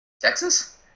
Texas